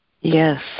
Yes